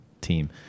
team